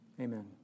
Amen